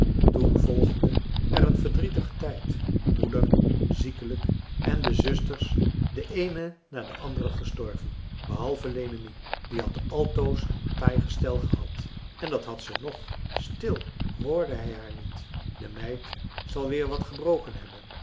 toen volgde er een verdrietige tijd moeder ziekelijk en de zusters de eene na de andere gestorven behalve lenemie die had altoos een taai gestel gehad en dat had ze nog stil hoorde hij haar niet de meid zal weer wat gebroken hebben